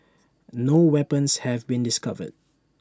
no weapons have been discovered